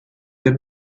the